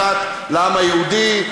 אחת לעם היהודי,